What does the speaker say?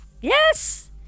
Yes